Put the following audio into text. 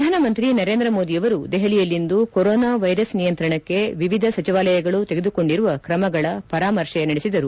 ಪ್ರಧಾನಮಂತ್ರಿ ನರೇಂದ್ರ ಮೋದಿ ಅವರು ದೆಪಲಿಯಲ್ಲಿಂದು ಕೊರೊನಾ ವ್ಯೆರಸ್ ನಿಯಂತ್ರಣಕ್ಕೆ ವಿವಿಧ ಸಚಿವಾಲಯಗಳು ತೆಗೆದುಕೊಂಡಿರುವ ಕ್ರಮಗಳ ಪರಾಮರ್ಶೆ ನಡೆಸಿದರು